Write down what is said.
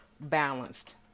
Balanced